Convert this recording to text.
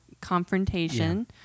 confrontation